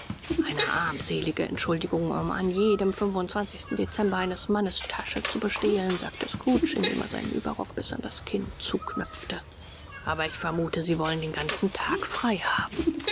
eine armselige entschuldigung um an jedem fünfundzwanzigsten dezember eines mannes tasche zu bestehlen sagte scrooge indem er seinen ueberrock bis an das kinn zuknöpfte aber ich vermute sie wollen den ganzen tag frei haben